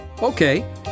Okay